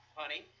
honey